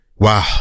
Wow